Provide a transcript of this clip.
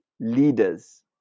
leaders